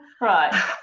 Right